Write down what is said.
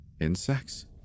Insects